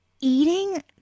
eating